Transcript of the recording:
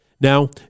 Now